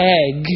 egg